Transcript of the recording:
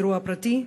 אירוע פרטי,